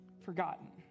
forgotten